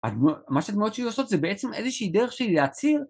מה שהדמויות שלי עושות זה בעצם איזושהי דרך שלי להציל...